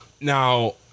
now